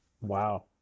Wow